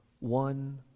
One